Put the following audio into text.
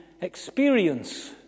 experience